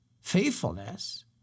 faithfulness